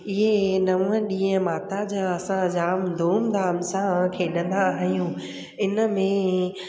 इहे नव ॾींहं माता जा असां जाम धूम धाम सां खेॾंदा आहियूं हिन में